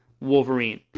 Wolverine